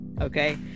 okay